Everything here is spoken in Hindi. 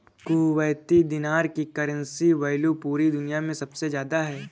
कुवैती दीनार की करेंसी वैल्यू पूरी दुनिया मे सबसे ज्यादा है